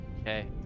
Okay